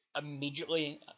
immediately